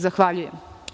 Zahvaljujem.